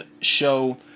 show